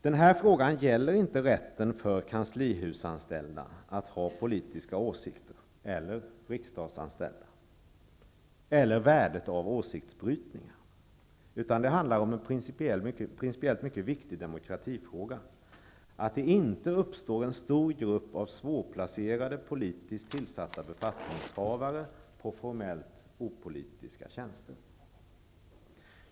Den här frågan gäller inte rätten för kanslihusanställda eller riksdagsanställda att ha politiska åsikter eller värdet av åsiktsbrytningar, utan här handlar det om en principiellt mycket viktig demokratifråga, att det inte uppstår en stor grupp av svårplacerade, politiskt tillsatta befattningshavare på formellt opolitiska tjänster.